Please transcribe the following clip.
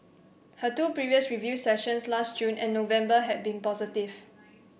her two previous review sessions last June and November had been positive